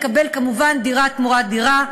יקבל כמובן דירה תמורת דירה,